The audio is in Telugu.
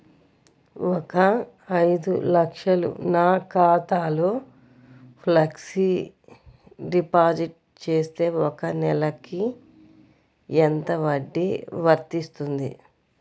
ఒక ఐదు లక్షలు నా ఖాతాలో ఫ్లెక్సీ డిపాజిట్ చేస్తే ఒక నెలకి ఎంత వడ్డీ వర్తిస్తుంది?